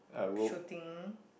shooting